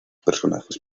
personajes